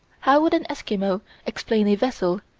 how would an eskimo explain a vessel,